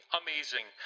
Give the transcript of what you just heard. amazing